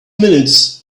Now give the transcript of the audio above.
minutes